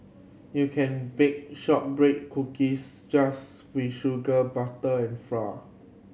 you can bake shortbread cookies just with sugar butter and flour